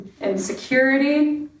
Insecurity